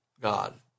God